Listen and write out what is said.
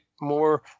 more